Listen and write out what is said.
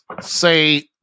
say